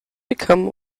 become